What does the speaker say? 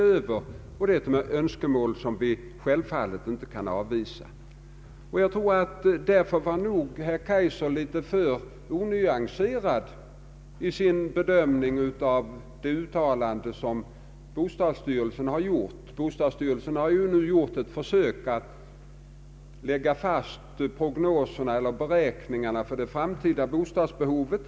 Det är önskemål som självfallet inte utan vidare kan avvisas. Därför anser jag att herr Kaijser var något för onyanserad i sin bedömning av de uttalanden som <:bostadsstyrelsen har gjort. Bostadsstyrelsen har ju nu gjort beräkningar om det framtida bostadsbehovet.